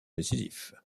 décisif